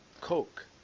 Coke